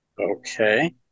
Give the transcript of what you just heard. Okay